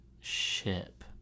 ship